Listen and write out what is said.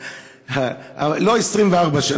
לא 24 שעות,